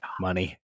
Money